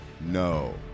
no